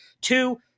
Two